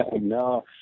No